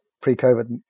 pre-COVID